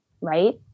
right